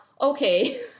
okay